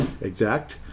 exact